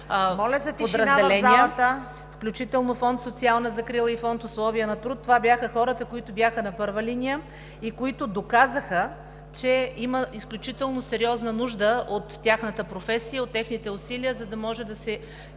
Моля за тишина в залата!